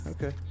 Okay